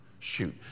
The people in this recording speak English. Shoot